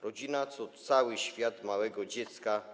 Rodzina to cały świat małego dziecka.